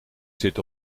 zit